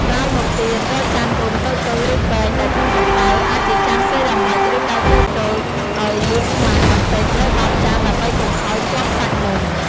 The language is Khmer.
ក្រោយមកទៀត រកចានគោមតូចៗ ឬពែងដែលធន់កម្ដៅ អាចជាចានសេរ៉ាមិច ឬកែវតូចៗ ដោយលាបខ្លាញ់បន្តិចនៅបាតចានដើម្បីកុំឱ្យជាប់សាច់នំ។